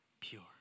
pure